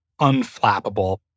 unflappable